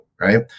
right